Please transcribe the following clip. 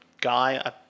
guy